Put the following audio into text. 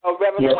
Yes